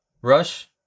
Rush